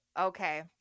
Okay